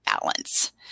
balance